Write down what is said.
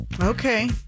Okay